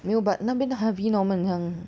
没有 but 那边的 Harvey Norman 好像